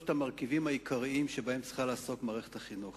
יסיים את נימוקי המציעים חבר הכנסת אילן גילאון.